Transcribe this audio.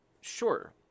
Sure